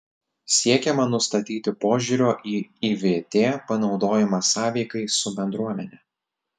siekiama nustatyti požiūrio į ivt panaudojimą sąveikai su bendruomene